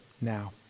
now